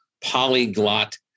polyglot